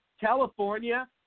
California